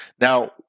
Now